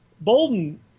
Bolden